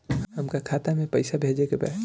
हमका खाता में पइसा भेजे के बा